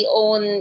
own